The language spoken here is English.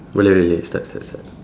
boleh boleh start start start